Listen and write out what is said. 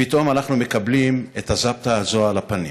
פתאום מקבלים את הזפטה הזו על הפנים.